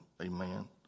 Amen